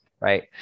Right